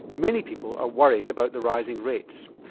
many people are worried about the rising rates.